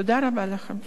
תודה רבה לכם.